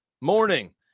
morning